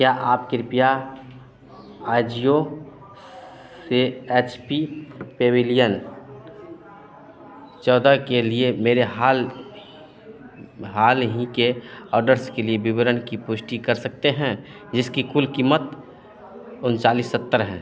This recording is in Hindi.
क्या आप कृपया आजियो से एच पी पेविलियन चौदह के लिए मेरे हाल हाल ही के ऑडर्स के लिए विवरण की पुष्टि कर सकते हैं जिसकी कुल कीमत उनचालीस सत्तर है